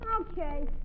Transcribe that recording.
Okay